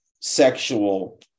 sexual